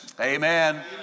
Amen